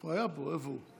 הוא היה פה, איפה הוא?